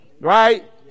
Right